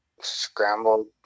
Scrambled